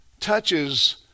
touches